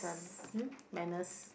manners